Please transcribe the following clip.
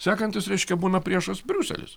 sekantis reiškia būna priešas briuselis